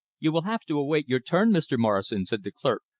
you will have to await your turn, mr. morrison, said the clerk,